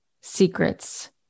secrets